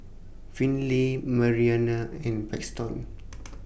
Finley Marianne and Paxton